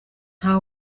nta